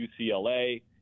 UCLA